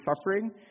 suffering